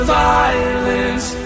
violence